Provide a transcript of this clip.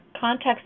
context